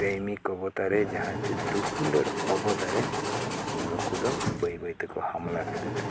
ᱯᱨᱮᱢᱤᱠ ᱚᱵᱚᱛᱟᱨᱮ ᱡᱟᱦᱟᱸ ᱪᱮᱫ ᱫᱩᱯᱩᱞᱟᱹᱲ ᱚᱵᱚᱛᱟ ᱨᱮ ᱱᱩᱠᱩ ᱫᱚ ᱵᱟᱹᱭᱼᱵᱟᱹᱭ ᱛᱮᱠᱚ ᱦᱟᱢᱞᱟ ᱠᱮᱫᱮ ᱛᱟᱦᱮᱸᱫ